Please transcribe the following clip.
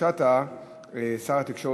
התשע"ד